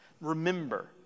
Remember